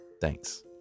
Thanks